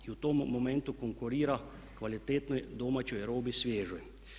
I u tom momentu konkurira kvalitetnijoj domaćoj robi svježoj.